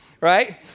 right